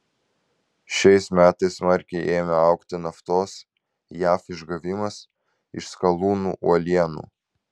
šiais metais smarkiai ėmė augti naftos jav išgavimas iš skalūnų uolienų